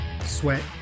sweat